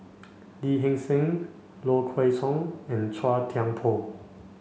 Lee Hee Seng Low Kway Song and Chua Thian Poh